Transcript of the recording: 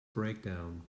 breakdown